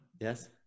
Yes